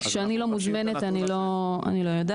כשאני לא מוזמנת אני לא יודעת,